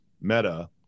meta